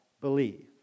believe